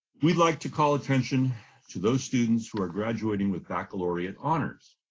we'd like to call attention to those students who are graduating with baccalaureate honors.